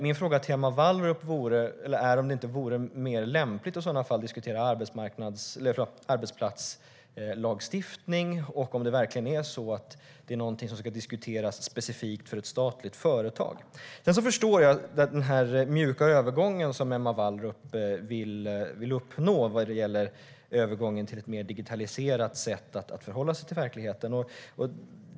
Min fråga till Emma Wallrup är om det inte vore mer lämpligt att diskutera arbetsplatslagstiftning och om det verkligen är något som ska diskuteras specifikt för ett statligt företag. Sedan förstår jag den mjuka övergången som Emma Wallrup vill uppnå till ett mer digitaliserat sätt att förhålla sig till verkligheten.